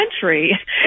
country